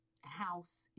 house